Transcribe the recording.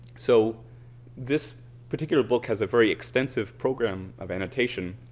so this particular book has a very extensive program of annotation,